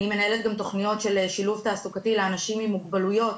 אני מנהלת גם תכניות של שילוב תעסוקתי לאנשים עם מוגבלויות